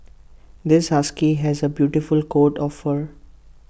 this husky has A beautiful coat of fur